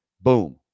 Boom